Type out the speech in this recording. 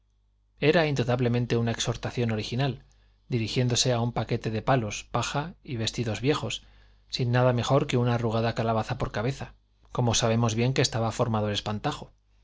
era indudablemente una exhortación original dirigiéndose a un paquete de palos paja y vestidos viejos sin nada mejor que una arrugada calabaza por cabeza como sabemos bien que estaba formado el espantajo